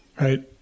Right